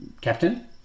captain